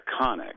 iconic